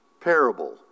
parable